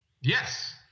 yes